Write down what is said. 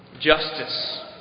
justice